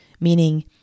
Meaning